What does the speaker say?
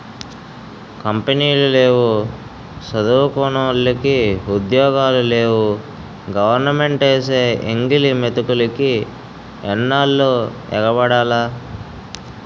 కంపినీలు లేవు సదువుకున్నోలికి ఉద్యోగాలు లేవు గవరమెంటేసే ఎంగిలి మెతుకులికి ఎన్నాల్లు ఎగబడాల